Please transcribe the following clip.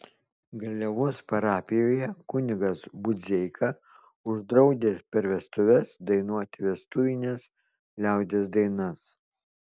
garliavos parapijoje kunigas budzeika uždraudęs per vestuves dainuoti vestuvines liaudies dainas